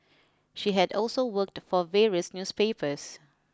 she had also worked for various newspapers